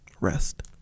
rest